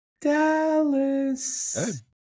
Dallas